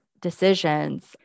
decisions